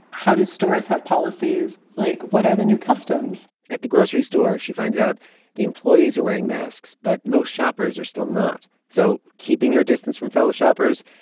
how do stores have policies? like, what are the new customs? at the grocery store, she finds out the employees are wearing masks, but most shoppers are still not. so keeping her distance from fellow shoppers,